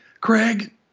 Craig